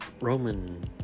Roman